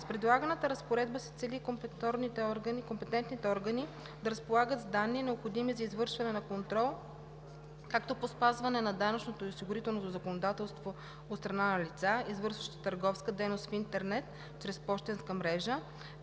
С предлаганата разпоредба се цели компетентните органи да разполагат с данни, необходими за извършване на контрол както по спазване на данъчното и осигурителното законодателство от страна на лица, извършващи търговска дейност в интернет чрез пощенската мрежа,